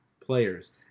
players